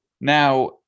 Now